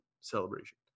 celebration